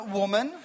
woman